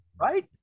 Right